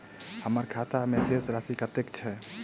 हम्मर खाता मे शेष राशि कतेक छैय?